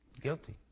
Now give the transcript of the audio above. Guilty